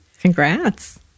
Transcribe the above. Congrats